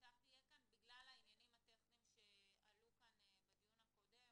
הבט"פ יהיה כאן בגלל העניינים הטכניים שעלו כאן בדיון הקודם.